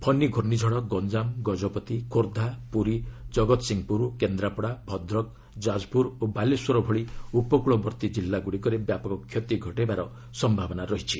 ଫନି ୍ମୁର୍ଷ୍ଣିଝଡ଼ ଗଞ୍ଜାମ ଗଜପତି ଖୋର୍ଦ୍ଧା ପୁରୀ ଜଗତ୍ସିଂହପୁର କେନ୍ଦ୍ରାପଡା ଭଦ୍ରକ ଯାଜପୁର ଓ ବାଲେଶ୍ୱର ଭଳି ଉପକୃଳବର୍ତ୍ତୀ କିଲ୍ଲ ଗୁଡ଼ିକରେ ବ୍ୟାପକ କ୍ଷତି ଘଟାଇବାର ସମ୍ଭାବନା ରହିଛି